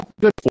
good